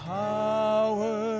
power